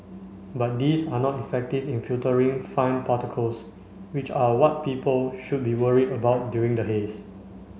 but these are not effective in filtering fine particles which are what people should be worried about during the haze